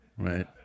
right